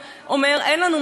לא בכותל,